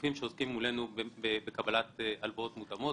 הגופים שעוסקים מולנו בקבלת הלוואות מותאמות.